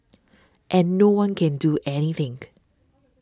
and no one can do any think